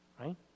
right